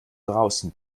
draußen